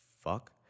fuck